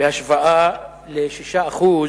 בהשוואה ל-6%